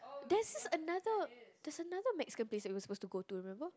there's this another there's another Mexican place that we were supposed to go to remember